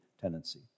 tendency